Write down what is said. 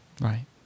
Right